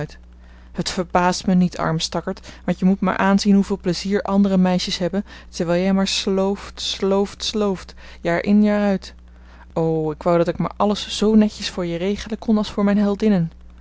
het verbaast me niet arme stakkerd want je moet maar aanzien hoeveel plezier andere meisjes hebben terwijl jij maar slooft slooft slooft jaar in jaar uit o ik wou dat ik maar alles zoo netjes voor je regelen kon als voor mijn heldinnen